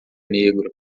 negro